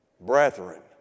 Brethren